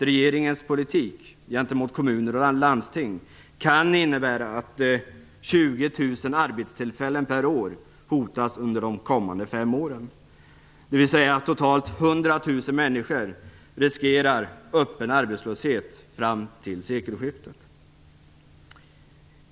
Regeringens politik gentemot kommuner och landsting kan innebära att 20 000 arbetstillfällen per år hotas under de kommande fem åren, dvs. att totalt 100 000 människor riskerar öppen arbetslöshet fram till sekelskiftet.